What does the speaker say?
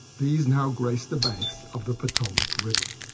these now grace the banks of the potomac river.